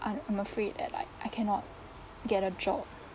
I'm I'm afraid that I I cannot get a job